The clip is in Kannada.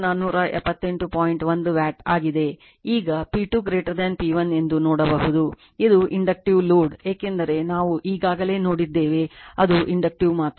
ಈಗ ಈಗ P 2 P 1 ಎಂದು ನೋಡಬಹುದು ಇದು ಇಂಡಕ್ಟಿವ್ ಲೋಡ್ ಏಕೆಂದರೆ ನಾವು ಈಗಾಗಲೇ ನೋಡಿದ್ದೇವೆ ಅದು ಇಂಡಕ್ಟಿವ್ ಮಾತ್ರ